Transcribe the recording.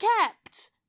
kept